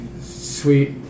sweet